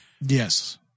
Yes